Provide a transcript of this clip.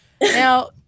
Now